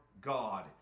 God